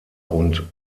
und